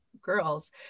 girls